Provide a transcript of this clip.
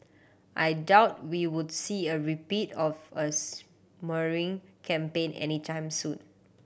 I doubt we would see a repeat of a smearing campaign any time soon